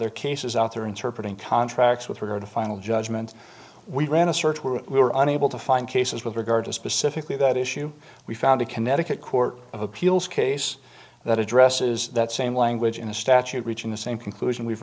there cases out there interpret in contracts with regard to final judgment we ran a search where we were unable to find cases with regard to specifically that issue we found a connecticut court of appeals case that addresses that same language in the statute reaching the same conclusion we've